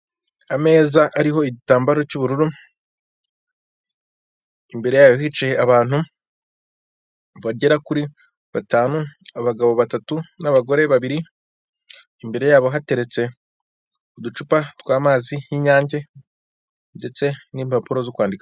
Ameza ariho igitambaro cy'ubururu, imbere yayo hicaye abantu bagera kuri batanu, abagabo batatu n'abagore babiri, imbere yabo hateretse uducupa tw'amazi y'inyange ndetse n'impapuro zo kwandikaho.